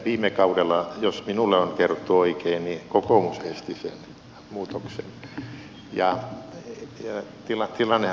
viime kaudella jos minulle on kerrottu oikein kokoomus esti sen muutoksen